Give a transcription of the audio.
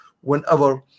whenever